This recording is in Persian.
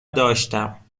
داشتم